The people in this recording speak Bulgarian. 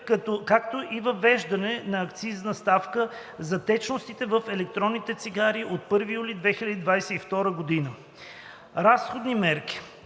както и въвеждане на акцизна ставка за течностите в електронните цигари от 1 юли 2022 г. Разходни мерки